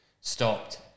stopped